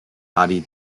adi